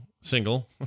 single